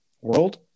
world